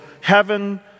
Heaven